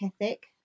ethic